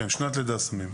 כן, שנת לידה שמים.